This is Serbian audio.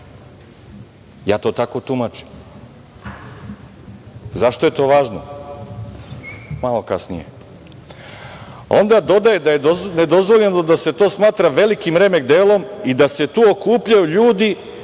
Ja to tako tumačim. Zašto je to važno, malo kasnije. Onda dodaje da je nedozvoljeno da se to smatra velikim remek delom i da se tu okupljaju ljudi,